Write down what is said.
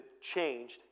changed